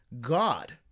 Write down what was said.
God